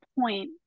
point